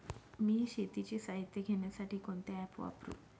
मी शेतीचे साहित्य घेण्यासाठी कोणते ॲप वापरु?